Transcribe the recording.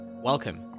Welcome